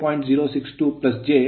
062ಜೆ0